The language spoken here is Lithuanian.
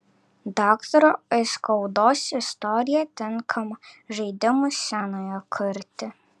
daktaro aiskaudos istorija tinkama žaidimui scenoje kurti